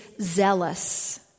zealous